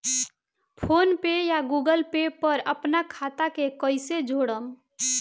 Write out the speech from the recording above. PhonePe या Google Pay पर अपना खाता के कईसे जोड़म?